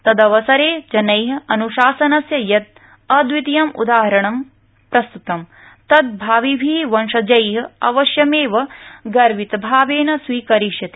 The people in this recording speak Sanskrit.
तदवसरे जनै अन्शासनस्य यत् अदवितीयम् उदाहरणं प्रस्तृतं तद भाविभि वंशजै अवश्यमेव गर्वितभावेन स्वीकरिष्यते